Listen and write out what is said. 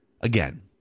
Again